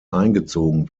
eingezogen